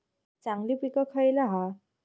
चांगली पीक खयला हा?